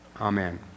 Amen